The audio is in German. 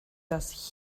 dass